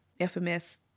FMS